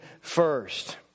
first